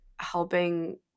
helping